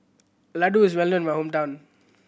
ladoo is well known in my hometown